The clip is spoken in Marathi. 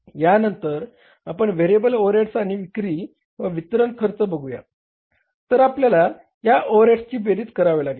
यानंतर आपण व्हेरिएबल ओव्हरहेड आणि विक्री व वितरण खर्च बघूया तर आपल्याला या ओव्हरहेडची बेरीज करावी लागेल